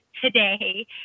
today